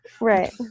Right